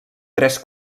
tres